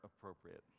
appropriate